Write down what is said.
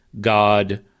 God